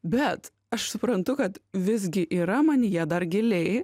bet aš suprantu kad visgi yra manyje dar giliai